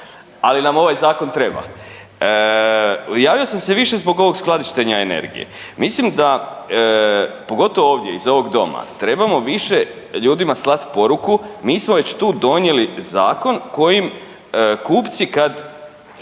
ali nam ovaj zakon treba. Javio sam se više zbog ovog skladištenja energije, mislim da pogotovo ovdje iz ovog doma trebamo više ljudima slati poruku mi smo već tu donijeli zakon kojim kupci kad